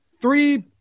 three